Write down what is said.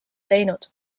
teinud